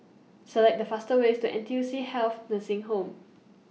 Select The fastest Way to N T U C Health Nursing Home